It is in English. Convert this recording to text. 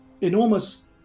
enormous